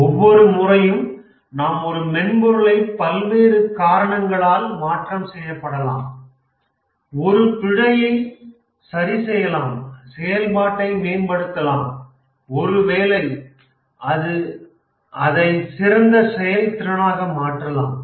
ஒவ்வொரு முறையும் நாம் ஒரு மென்பொருளை பல்வேறு காரணங்களால் மாற்றம் செய்யப்படலாம் ஒரு பிழையை சரிசெய்யலாம் செயல்பாட்டை மேம்படுத்தலாம் ஒருவேளை அது அதை ஒரு சிறந்த செயல்திறனாக மாற்றலாம்